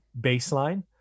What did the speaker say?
baseline